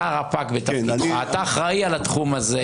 רפ"ק בתפקידך, אתה אחראי על התחום הזה.